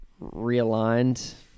realigned